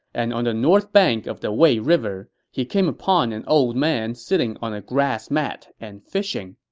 and on the north bank of the wei river, he came upon an old man sitting on a grass mat and fishing.